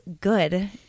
good